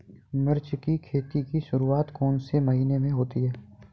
मिर्च की खेती की शुरूआत कौन से महीने में होती है?